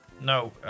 No